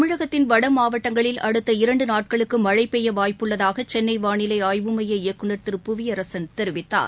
தமிழகத்தின் வடமாவட்டங்களில் இரண்டுநாட்களுக்குமழைபெய்யவாய்ப்பு அடுத்த உள்ளதாகசென்னைவானிலைஆய்வு மைய இயக்குநர் திரு புவியரசன் தெரிவித்தார்